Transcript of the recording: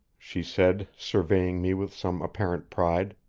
she said, surveying me with some apparent pride.